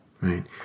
Right